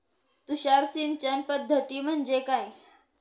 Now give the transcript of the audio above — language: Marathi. तुषार सिंचन पद्धती म्हणजे काय?